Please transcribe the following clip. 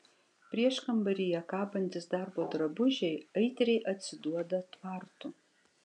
prieškambaryje kabantys darbo drabužiai aitriai atsiduoda tvartu